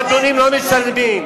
מועדונים לא משלמים,